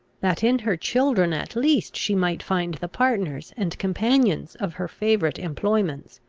that in her children at least she might find the partners and companions of her favourite employments.